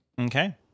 Okay